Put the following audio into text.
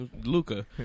Luca